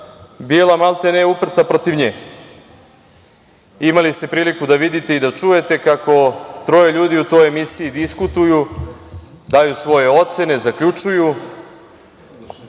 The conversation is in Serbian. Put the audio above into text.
bila maltene uprta protiv nje. Imali ste priliku da vidite i da čujete kako troje ljudi u toj emisiji diskutuju, daju svoje ocene, zaključuju,